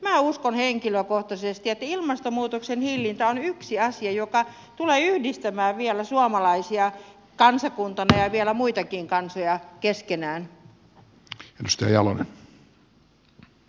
minä uskon henkilökohtaisesti että ilmastonmuutoksen hillintä on yksi asia joka tulee yhdistämään vielä suomalaisia kansakuntana ja vielä muitakin kansoja keskenään